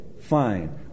Fine